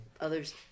Others